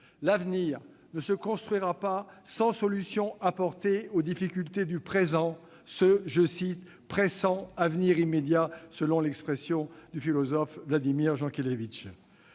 L'avenir ne se construira pas sans apporter des solutions aux difficultés du présent, ce « pressant avenir immédiat », selon l'expression du philosophe Vladimir Jankélévitch.